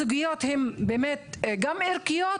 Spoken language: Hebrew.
הסוגיות הן באמת גם ערכיות,